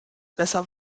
besser